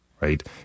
right